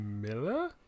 Miller